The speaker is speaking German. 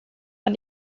man